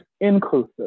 inclusive